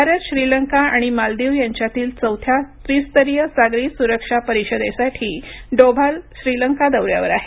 भारत श्रीलंका आणि मालदीव यांच्यातील चौथ्या त्रिस्तरीय सागरी सुरक्षा परिषदेसाठी डोभाल श्रीलंका दौऱ्यावर आहेत